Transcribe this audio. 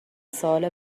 سوال